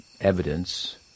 Evidence